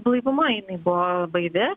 blaivumą jinai buvo baivi